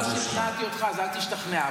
לא שכנעתי אותך, אז אל תשתכנע.